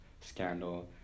scandal